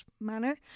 manner